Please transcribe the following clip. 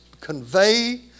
convey